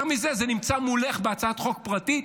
יותר מזה, זה נמצא מולך בהצעת חוק פרטית,